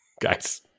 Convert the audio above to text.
Guys